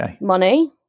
Money